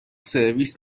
سرویس